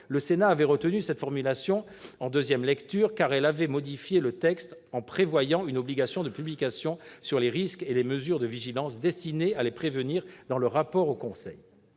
Le Sénat avait retenu cette formulation en deuxième lecture, car il avait modifié le texte en prévoyant une obligation de publication sur les risques et les mesures de vigilance destinées à les prévenir dans le rapport du conseil.